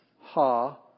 Ha